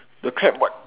the crab what